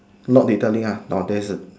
not detailing nor there's